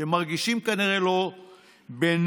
אתם מרגישים כנראה לא בנוח